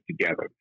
together